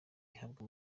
ihabwa